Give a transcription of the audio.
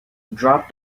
drop